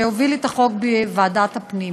שהוביל את החוק בוועדת הפנים.